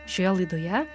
šioje laidoje